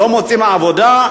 לא מוצאים עבודה,